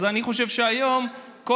אז אני חושב שהיום כל